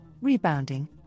rebounding